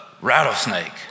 rattlesnake